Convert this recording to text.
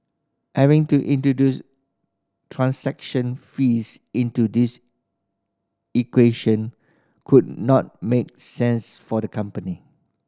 having to introduce transaction fees into this equation would not make sense for the company